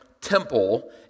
temple